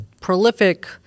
prolific